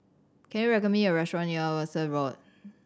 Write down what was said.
can you me a restaurant near Rosyth Road